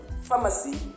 pharmacy